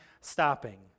stopping